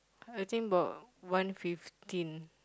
I think about one fifteen